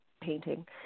painting